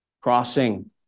Crossing